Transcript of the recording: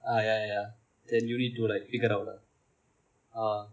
ah ya ya ya then you need to like figure out ah ah